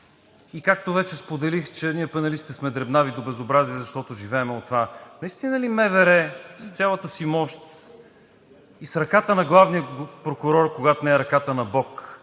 И както вече споделих, че ние пеналистите сме дребнави до безобразие, защото живеем от това – наистина ли МВР, с цялата си мощ и с ръката на главния прокурор, когато не е ръката на Бог,